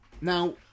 now